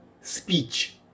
speech